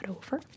over